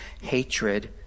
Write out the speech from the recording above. hatred